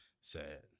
Sad